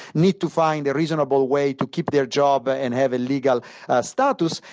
need to find a reasonable way to keep their job ah and have a legal status.